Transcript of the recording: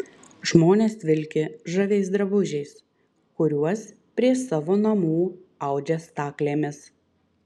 žmonės vilki žaviais drabužiais kuriuos prie savo namų audžia staklėmis